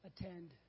attend